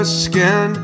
skin